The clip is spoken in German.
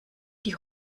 die